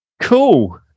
Cool